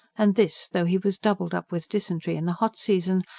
and this, though he was doubled up with dysentery in the hot season,